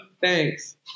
Thanks